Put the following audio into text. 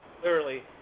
Clearly